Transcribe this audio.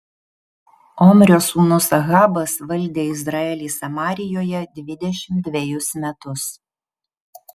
omrio sūnus ahabas valdė izraelį samarijoje dvidešimt dvejus metus